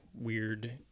weird